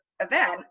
Event